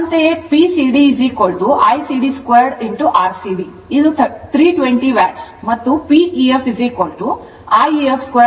ಅಂತೆಯೇ Pcd Icd 2 Rcd ಇದು 320 Watt ಮತ್ತು Pef I ef 2 Ref